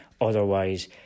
otherwise